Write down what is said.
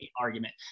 argument